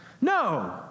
no